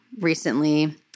recently